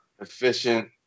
efficient